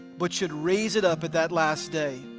but should raise it up at that last day.